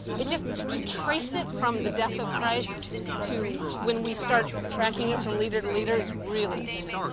it just to to trace it from the death of christ to when we start tracking it from leader to leader is really thin.